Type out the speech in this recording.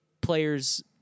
players